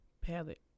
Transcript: palette